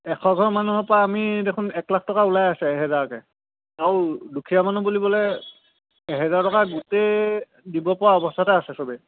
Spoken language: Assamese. এশ ঘৰ মানুহৰ পৰাা আমি দেখোন এক লাখ টকা ওলাই আছে এহেজাৰকে আৰু দুখীয়া মানুহ বুলিবলে এহেজাৰ টকা গোটেই দিব পৰা অৱস্থাতে আছে চবেই